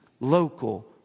local